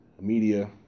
media